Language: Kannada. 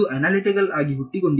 ಇದು ಅನಾಲಿಟಿಕಲ್ ಆಗಿ ಹುಟ್ಟಿಕೊಂಡಿದೆಯೇ